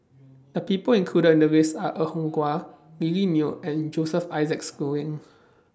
The People included in The list Are Er Kwong Wah Lily Neo and Joseph Isaac Schooling